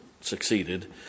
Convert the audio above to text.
succeeded